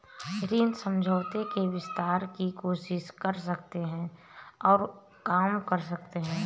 ऋण समझौते के विस्तार की कोशिश कर सकते हैं और काम कर सकते हैं